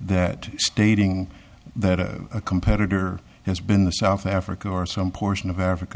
that speeding that a competitor has been in the south africa or some portion of africa